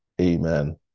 Amen